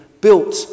built